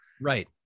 Right